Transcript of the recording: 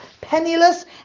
penniless